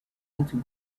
into